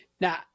Now